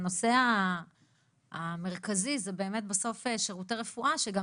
הנושא המרכזי זה באמת בסוף שירותי רפואה שגם